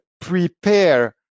prepare